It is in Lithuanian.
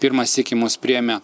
pirmą sykį mus priėmė